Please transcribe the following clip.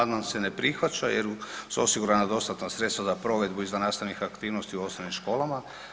Amandman se ne prihvaća jer su osigurana dostatna sredstva za provedbu izvannastavnih aktivnosti u osnovnim školama.